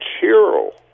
hero